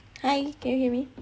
hi can you hear me